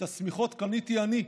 את השמיכות קניתי אני,